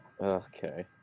Okay